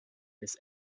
this